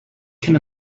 can